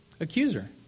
accuser